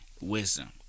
wisdom